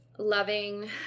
Loving